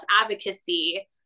advocacy